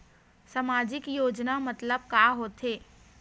सामजिक योजना मतलब का होथे?